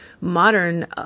modern